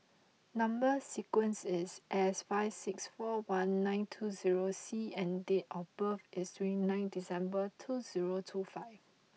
number sequence is S five six four one nine two zero C and date of birth is three nine December two zero two five